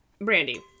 Brandy